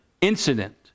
incident